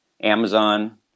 Amazon